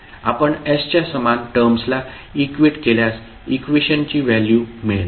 आपण s च्या समान टर्म्सला इक्वेट केल्यास इक्वेशनची व्हॅल्यू मिळेल